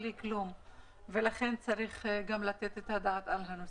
בלי כלום ולכן גם צריך לתת את הדעת על הנושא.